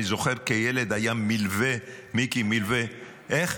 אני זוכר כילד, היה מלווה, מיקי, מלווה, איך?